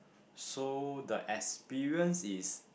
so the experience is